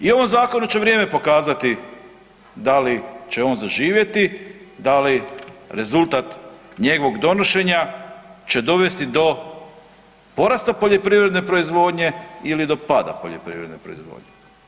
I ovom zakonu će vrijeme pokazati da li će on zaživjeti, da li rezultat njegovog donošenja će dovesti do porasta poljoprivredne proizvodnje ili do pada poljoprivredne proizvodnje.